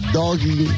doggy